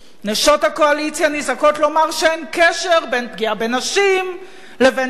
נשות הקואליציה נזעקות לומר שאין קשר בין פגיעה בנשים לבין "תג מחיר"